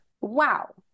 Wow